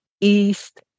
East